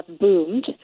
boomed